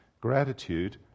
gratitude